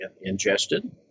ingested